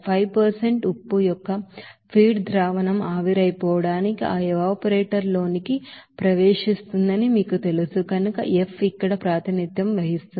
5 ఉప్పు యొక్క ఫీడ్ ద్రావణం ఆవిరైపోవడానికి ఆ ఎవాపరేటర్ లోనికి ప్రవేశిస్తుందని మీకు తెలుసు కనుక F ఇక్కడ ప్రాతినిధ్యం వహిస్తుంది